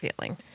feeling